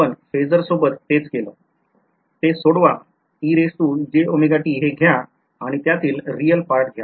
आपण phasor सोबत तेच केला ते सोडवा हे घ्या आणि त्यातील रिअल पार्ट घ्या